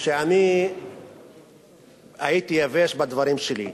שאני הייתי יבש בדברים שלי,